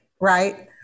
Right